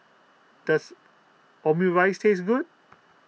does Omurice taste good